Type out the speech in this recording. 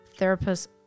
therapists